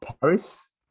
paris